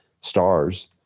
stars